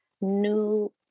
New